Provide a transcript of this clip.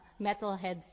metalheads